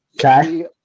Okay